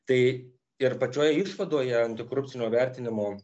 tai ir pačioje išvadoje antikorupcinio vertinimo